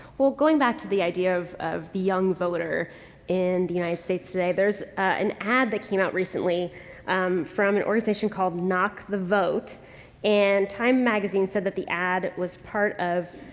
well, going back to the idea of, of the young voter in the united states today, there's an ad that came out recently from an organization called knock the vote and time magazine said that the ad was part of,